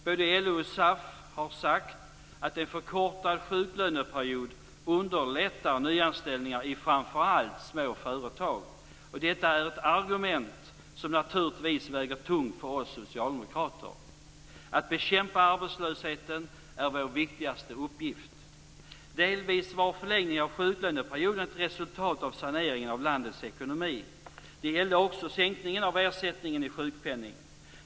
Både LO och SAF har sagt att en förkortad sjuklöneperiod underlättar nyanställningar i framför allt små företag, och detta är ett argument som naturligtvis väger tungt för oss socialdemokrater. Att bekämpa arbetslösheten är vår viktigaste uppgift. Delvis var förlängningen av sjuklöneperioden ett resultat av saneringen av landets ekonomi. Det gällde också sänkningen av ersättningen i sjukpenning.